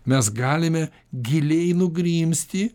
mes galime giliai nugrimzti